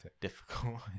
difficult